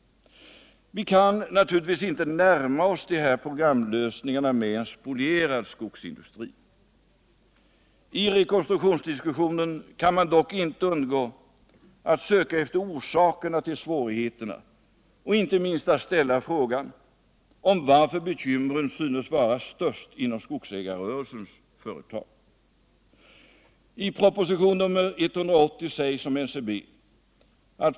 Vi kan naturligtvis inte närma oss de här programlösningarna med en spolierad skogsindustri. I rekonstruktionsdiskussionen kan man dock inte undgå att söka efter orsakerna till svårigheterna och inte minst att ställa frågan varför bekymren synes vara störst inom skogsägarrörelsens företag.